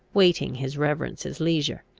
waiting his reverence's leisure.